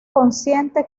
consciente